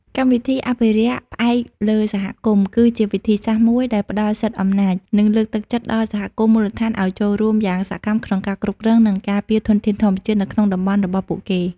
កម្មវិធីអភិរក្សផ្អែកលើសហគមន៍ គឺជាវិធីសាស្រ្តមួយដែលផ្ដល់សិទ្ធិអំណាច និងលើកទឹកចិត្តដល់សហគមន៍មូលដ្ឋានឱ្យចូលរួមយ៉ាងសកម្មក្នុងការគ្រប់គ្រង និងការពារធនធានធម្មជាតិនៅក្នុងតំបន់របស់ពួកគេ។